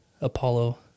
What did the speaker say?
Apollo